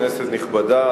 כנסת נכבדה,